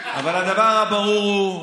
הדבר הברור הוא,